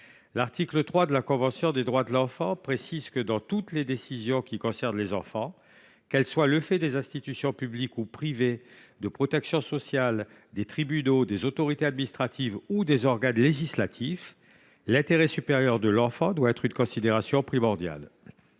L’article 3 de la convention internationale des droits de l’enfant dispose :« Dans toutes les décisions qui concernent les enfants, qu’elles soient le fait des institutions publiques ou privées de protection sociale, des tribunaux, des autorités administratives ou des organes législatifs, l’intérêt supérieur de l’enfant doit être une considération primordiale.